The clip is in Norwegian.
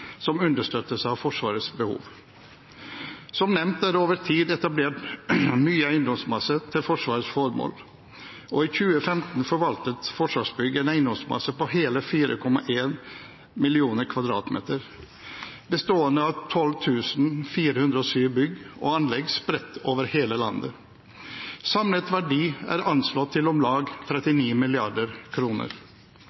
som understøttelse av Forsvarets behov. Som nevnt er det over tid etablert mye eiendomsmasse til Forsvarets formål, og i 2015 forvaltet Forsvarsbygg en eiendomsmasse på hele 4,1 millioner m 2 , bestående av 12 407 bygg og anlegg spredt over hele landet. Samlet verdi er anslått til om lag